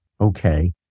Okay